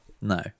no